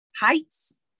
Heights